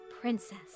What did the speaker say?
princess